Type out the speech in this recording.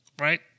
right